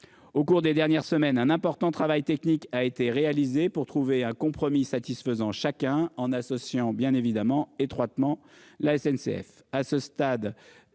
au cours des dernières semaines un important travail technique a été réalisé pour trouver un compromis satisfaisant chacun en associant bien évidemment étroitement la SNCF